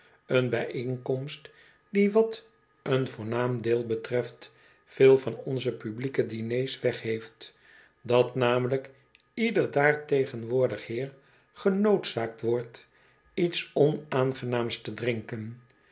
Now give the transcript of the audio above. een bijoenkomst die wat een voornaam deel betreft veel van onze publieke diners wegheeft dat namelijk ieder daar tegenwoordig heer genoodzaakt wordt iets onaangenaams te drinken